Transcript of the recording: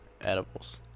edibles